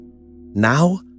now